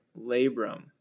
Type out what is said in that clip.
labrum